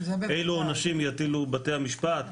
אלו עונשים יטילו בתי המשפט,